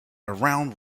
around